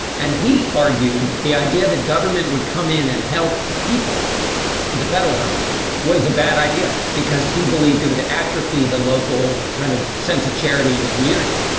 and he argued the idea that government would come in and help the people for the federal government was a bad idea because he believed it would atrophy the local kind of sense of charity and community.